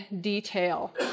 detail